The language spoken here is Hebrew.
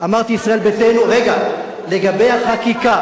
אמרתי ישראל ביתנו, רגע, לגבי החקיקה.